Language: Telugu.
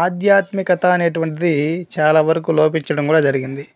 ఆధ్యాత్మికత అనేటువంటిది చాలా వరకు లోపించడం కూడా జరిగింది